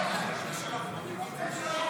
ההסתייגות